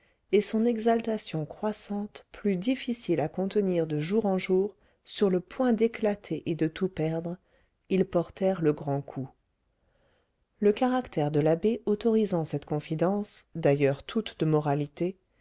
et son exaltation croissante plus difficile à contenir de jour en jour sur le point d'éclater et de tout perdre ils portèrent le grand coup le caractère de l'abbé autorisant cette confidence d'ailleurs toute de moralité